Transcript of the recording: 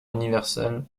universal